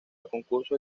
concursos